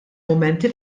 mumenti